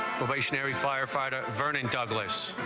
firefighter vernon douglas